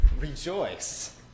rejoice